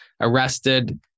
arrested